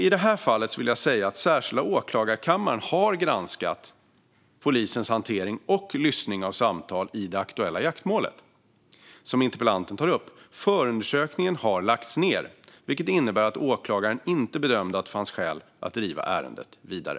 I det här fallet har Särskilda åklagarkammaren granskat polisens hantering och avlyssning av samtal i det aktuella jaktmålet. Förundersökningen har lagts ned, vilket innebär att åklagaren bedömde att det inte fanns skäl att driva ärendet vidare.